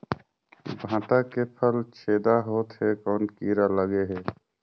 भांटा के फल छेदा होत हे कौन कीरा लगे हे?